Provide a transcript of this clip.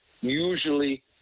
usually